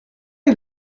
est